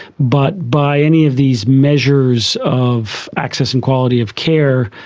but by any of these measures of access and quality of care,